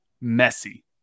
Messy